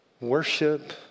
worship